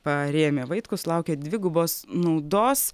parėmė vaitkų sulaukė dvigubos naudos